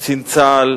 קצין צה"ל,